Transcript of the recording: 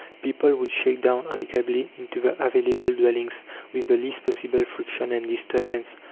people would shake down amicably into the available dwellings with the least possible friction and disturbance.